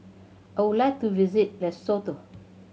I would like to visit Lesotho